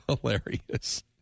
hilarious